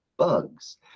bugs